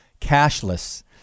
cashless